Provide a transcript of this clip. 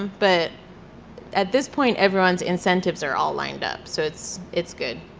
but at this point everyone's incentives are all lined up, so it's it's good.